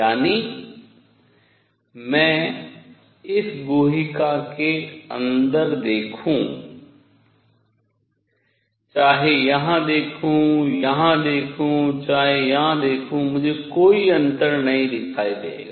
यानी मैं इस गुहिका के अंदर देखूं चाहे यहां देखूं यहां देखूं चाहे यहां देखूं मुझे कोई अंतर नहीं दिखाई देगा